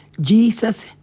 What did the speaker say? Jesus